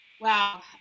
Wow